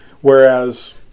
Whereas